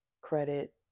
credit